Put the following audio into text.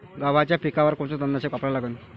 गव्हाच्या पिकावर कोनचं तननाशक वापरा लागन?